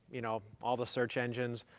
you know all the search engines.